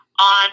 on